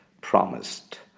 promised